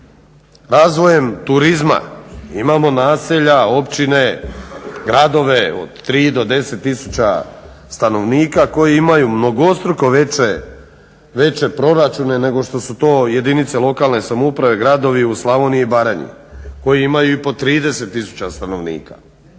Razvojem turizma imamo naselja, općine, gradove od 3 do 10000 stanovnika koji imaju mnogostruko veće proračune nego što su to jedinice lokalne samouprave, gradovi u Slavoniji i Baranji koji imaju i po 30000 stanovnika.